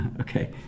Okay